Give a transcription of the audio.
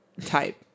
...type